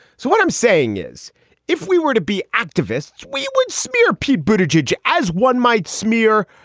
so what i'm saying is if we were to be activists, we would smear p boobage as one might smear.